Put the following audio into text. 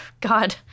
god